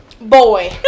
boy